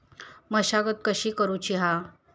मशागत कशी करूची हा?